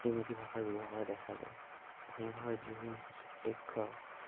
ইংৰাজী ভাষাৰ ব্যৱহাৰ কৰা দেখা যায় অসমীয়া ভাষাৰ যিসমূহ যুক্তাক্ষৰ